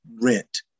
rent